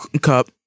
Cup